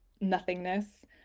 nothingness